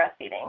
breastfeeding